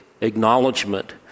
acknowledgement